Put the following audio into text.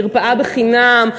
מרפאה בחינם,